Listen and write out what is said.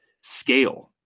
scale